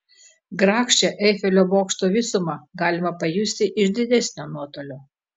grakščią eifelio bokšto visumą galima pajusti iš didesnio nuotolio